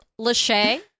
Lachey